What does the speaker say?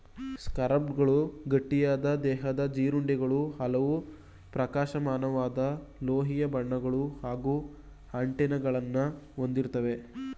ಸ್ಕಾರಬ್ಗಳು ಗಟ್ಟಿಯಾದ ದೇಹದ ಜೀರುಂಡೆಗಳು ಹಲವು ಪ್ರಕಾಶಮಾನವಾದ ಲೋಹೀಯ ಬಣ್ಣಗಳು ಹಾಗೂ ಆಂಟೆನಾಗಳನ್ನ ಹೊಂದಿರ್ತವೆ